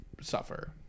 suffer